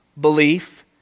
belief